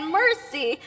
mercy